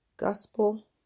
Gospel